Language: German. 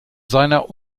seiner